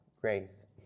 grace